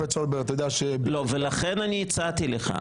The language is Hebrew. לכן הצעתי לך.